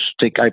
take